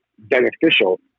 beneficial